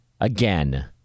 again